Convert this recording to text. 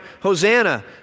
Hosanna